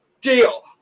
Deal